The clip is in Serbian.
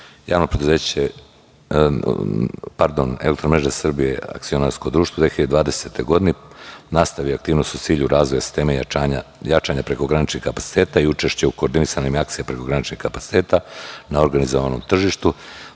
zamena mernih uređaja. Elektromreža Srbije akcionarsko društvo u 2020. godini nastavlja aktivnosti u cilju razvoja sistema i jačanja prekograničnih kapaciteta i učešća u koordinisanim akcijama prekograničnih kapaciteta na organizovanom tržištu.